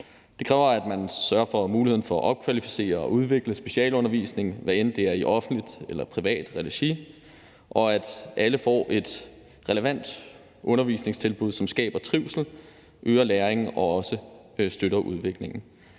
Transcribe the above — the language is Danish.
Det kræver, at man sørger for at opkvalificere og udvikle specialundervisningen, hvad enten det er i offentligt eller privat regi, og at alle får et relevant undervisningstilbud, som skaber trivsel, øger læringen og støtter udviklingen.